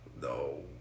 no